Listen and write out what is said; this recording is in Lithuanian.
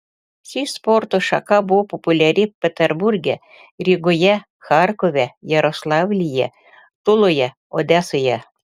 ši sporto šaka buvo populiari peterburge rygoje charkove jaroslavlyje tuloje odesoje